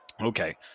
Okay